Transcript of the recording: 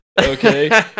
okay